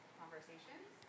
conversations